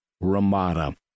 Ramada